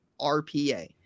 RPA